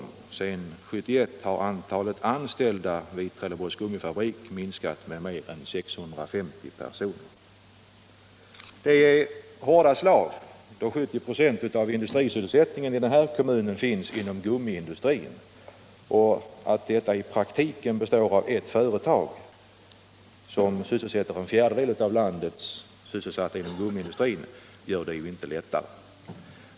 Sedan 1971 har antalet anställda vid Trelleborgs Gummifabrik minskat med mer än 650 personer. Det är hårda slag, då 70 96 av industrisysselsättningen i kommunen finns inom gummiindustrin — att denna i praktiken består av ett företag, som har en fjärdedel av de i landet sysselsatta inom gummiindustrin, gör inte det hela lättare.